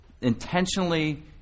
intentionally